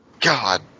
God